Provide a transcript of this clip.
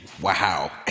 Wow